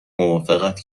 موافقت